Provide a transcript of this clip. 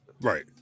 right